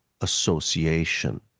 association